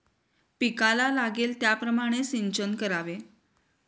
पिकाला लागेल त्याप्रमाणे सिंचन करावे